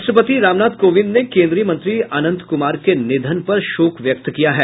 राष्ट्रपति रामनाथ कोविंद ने केन्द्रीय मंत्री अनंत कुमार के निधन पर शोक व्यक्त किया है